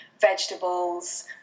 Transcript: vegetables